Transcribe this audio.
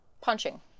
punching